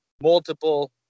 multiple